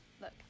look